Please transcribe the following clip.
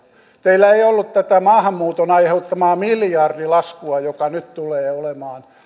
teillä ei ollut tätä maahanmuuton aiheuttamaa miljardilaskua joka nyt tulee